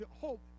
hope